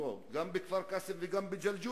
לא, גם בכפר-קאסם וגם בג'לג'וליה.